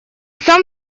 сам